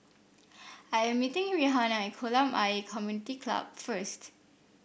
I am meeting Rihanna at Kolam Ayer Community Club first